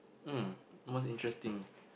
mm most interesting